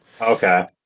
okay